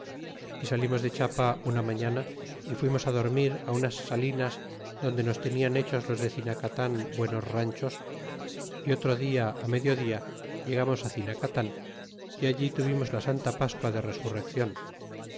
y salimos de chiapa una mañana y fuimos dormir unas salinas donde nos tenian hechos los de cinaeatan buenos ranchos y otro dia á medio dia llegamos n cinacatan y allf tuvimos la santa pascua de reatbrrecciod